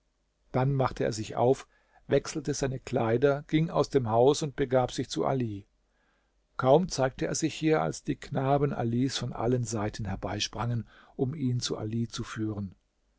dann machte er sich auf wechselte seine kleider ging aus dem haus und begab sich zu ali kaum zeigte er sich hier als die knaben alis von allen seiten herbeisprangen um ihn zu ali zu führen